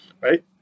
right